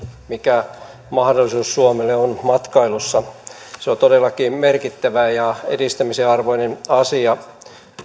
mikä mahdollisuus suomelle on matkailussa se on todellakin merkittävää ja edistämisen arvoinen asia